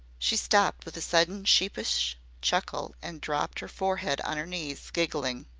she stopped with a sudden sheepish chuckle and dropped her forehead on her knees, giggling.